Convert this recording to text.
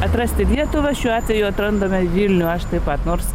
atrasti lietuvą šiuo atveju atrandame vilnių aš taip pat nors